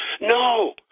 no